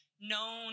known